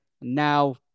now